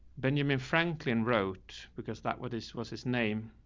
benjamin franklin wrote, because that were, this was his name.